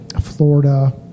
Florida